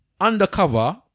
undercover